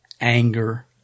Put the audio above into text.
anger